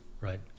right